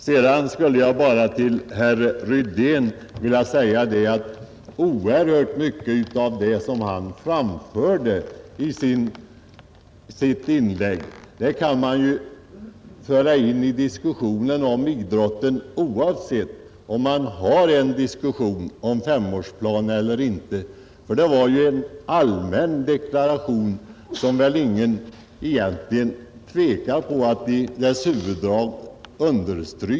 Sedan skulle jag bara till herr Rydén vilja säga att oerhört mycket av det som han framförde i sitt inlägg kan man ju föra in i diskussionen om idrotten oavsett om man har en diskussion om femårsplaner eller inte. Det var en allmän deklaration, och ingen tvekar väl egentligen att understryka den i dess huvuddrag.